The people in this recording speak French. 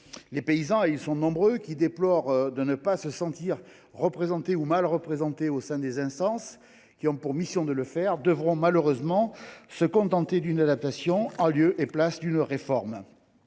Les paysans, et ils sont nombreux, qui déplorent de ne pas se sentir représentés ou d’être mal représentés au sein des instances agricoles devront malheureusement se contenter d’une adaptation, en lieu et place d’une réforme.